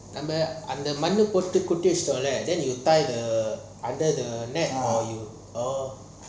நம்ம அந்த மண்ணு போடு கட்டி வெச்சிட்டோம்ல:namma antha mannu potu katti vechitomla then you tie the under the net